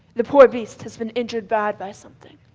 the poor beast has been injured bad by something.